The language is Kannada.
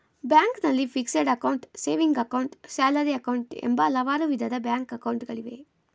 ಬ್ಯಾಂಕ್ನಲ್ಲಿ fixed account, saving account, salary account, ಎಂಬ ಹಲವಾರು ವಿಧದ ಬ್ಯಾಂಕ್ ಅಕೌಂಟ್ ಗಳಿವೆ